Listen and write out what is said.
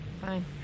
Fine